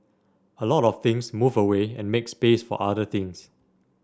a lot of things move away and make space for other things